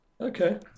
okay